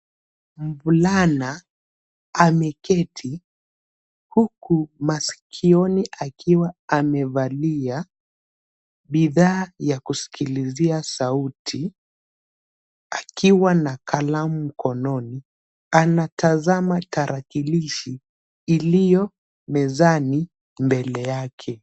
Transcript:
Mvulana ameketi huku masikioni akiwa amevalia bidhaa ya kusikilia sauti akiwa na kalamu mkononi. Anatazama tarakilishi iliyo mezani mbele yake.